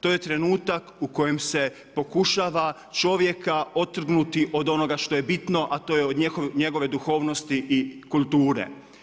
To je trenutak u kojem se pokušava čovjeka otrgnuti od onoga što je bitno, a to je njegove duhovnosti i kulture.